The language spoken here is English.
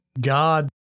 God